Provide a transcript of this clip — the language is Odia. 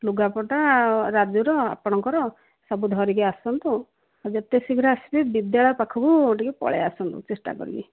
ଲୁଗାପଟା ରାଜୁର ଆପଣଙ୍କର ସବୁ ଧରିକି ଆସନ୍ତୁ ଯେତେ ଶୀଘ୍ର ଆସିବେ ବିଦ୍ୟାଳୟ ପାଖକୁ ଟିକେ ପଳେଇ ଆସନ୍ତୁ ଚେଷ୍ଟା କରିକି